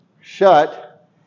shut